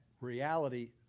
reality